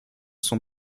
sont